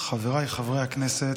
חבריי חברי הכנסת,